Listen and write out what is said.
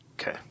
Okay